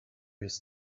his